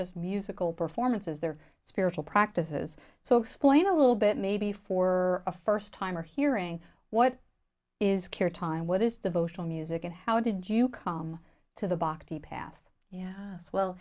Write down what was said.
just musical performances they're spiritual practices so explain a little bit maybe for a first timer hearing what is cure time what is devotional music and how did you come to the bhakti path yeah